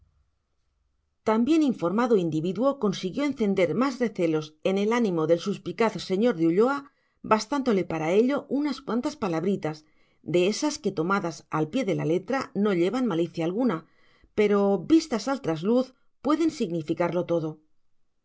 bien informado individuo consiguió encender más recelos en el ánimo del suspicaz señor de ulloa bastándole para ello unas cuantas palabritas de ésas que tomadas al pie de la letra no llevan malicia alguna pero vistas al trasluz pueden significarlo todo